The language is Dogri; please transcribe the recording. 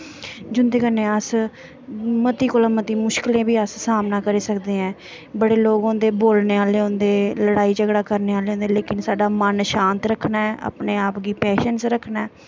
जिं'दे कोला दा अस मती कोला दा मती मुश्कलें बी अस सामना करी सकदे आं बड़े लोग होंदे बोलने आह्ले होंदे लड़ाई झगड़ा करने आह्ले होंदे लेकिन साढ़ा मन शांत रक्खना ऐ अपने आप गी पेशैंस च रक्खना ऐ